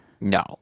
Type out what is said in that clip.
No